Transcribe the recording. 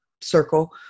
circle